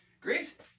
great